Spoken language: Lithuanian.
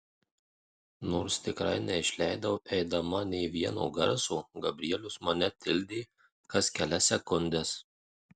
nors tikrai neišleidau eidama nė vieno garso gabrielius mane tildė kas kelias sekundes